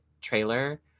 trailer